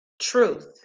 truth